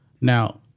Now